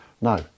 no